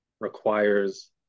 requires